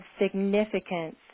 significance